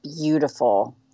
beautiful